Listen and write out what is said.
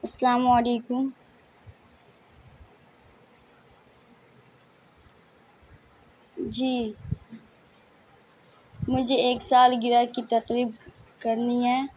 السّلام علیکم جی مجھے ایک سال گرہ کی تقریب کرنی ہے